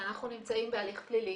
שאנחנו נמצאים בהליך פלילי.